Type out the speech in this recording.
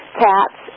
cats